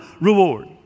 reward